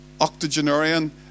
octogenarian